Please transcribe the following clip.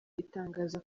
itangaza